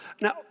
now